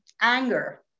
Anger